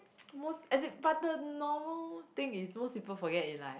most as in but the normally thing is most people forget in like